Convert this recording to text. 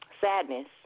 Sadness